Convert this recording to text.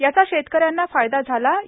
याचा शेतकऱ्यांना फायदा झालाच